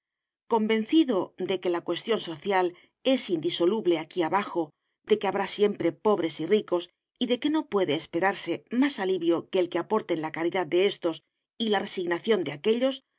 convencido de que la cuestión social es insoluble aquí abajo de que habrá siempre pobres y ricos y de que no puede esperarse más alivio que el que aporten la caridad de éstos y la resignación de aquéllos